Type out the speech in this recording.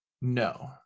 No